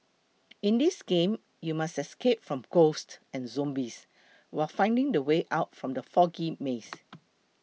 in this game you must escape from ghosts and zombies while finding the way out from the foggy maze